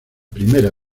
primera